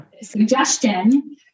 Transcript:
suggestion